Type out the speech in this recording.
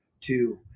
Two